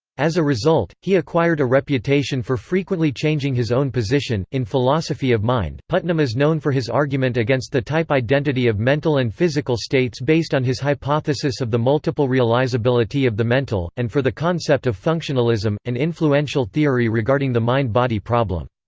as a result, he acquired a reputation for frequently changing his own position in philosophy of mind, putnam is known for his argument against the type-identity of mental and physical states based on his hypothesis of the multiple realizability of the mental, and for the concept of functionalism, an influential theory regarding the mind-body problem.